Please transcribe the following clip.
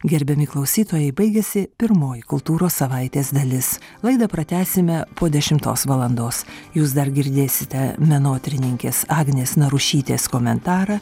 gerbiami klausytojai baigiasi pirmoji kultūros savaitės dalis laidą pratęsime po dešimtos valandos jūs dar girdėsite menotyrininkės agnės narušytės komentarą